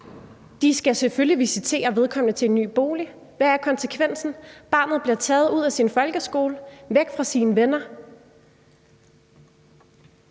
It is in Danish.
De skal selvfølgelig visitere vedkommende til en ny bolig. Hvad er konsekvenserne? Barnet bliver taget ud af sin folkeskole og væk fra sine venner.